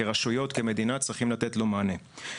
כרשויות וכמדינה צריכים לתת לו מענה.